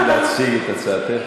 תמשיכי להציג את הצעתך,